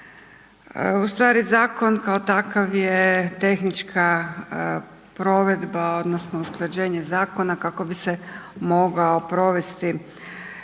Ustvari zakon kao takav je tehnička provedba odnosno usklađenje zakona kako bi se mogao provesti